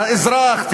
האזרח,